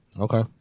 Okay